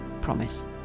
Promise